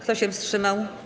Kto się wstrzymał?